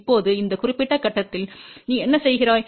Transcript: இப்போது இந்த குறிப்பிட்ட கட்டத்தில் நீ என்ன செய்கிறாய்